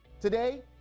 Today